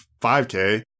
5K